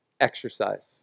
exercise